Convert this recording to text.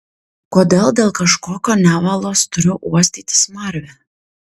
kodėl dėl kažkokio nevalos turiu uostyti smarvę